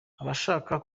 abashaka